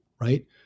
right